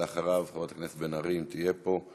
אחריו, חברת הכנסת בן ארי, אם תהיה פה.